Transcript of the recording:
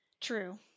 True